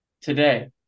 today